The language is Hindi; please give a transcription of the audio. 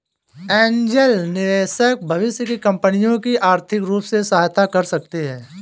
ऐन्जल निवेशक भविष्य की कंपनियों की आर्थिक रूप से सहायता कर सकते हैं